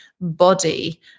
body